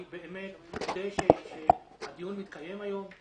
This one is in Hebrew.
אני באמת מודה על כך שהדיון מתקיים היום.